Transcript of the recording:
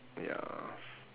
ya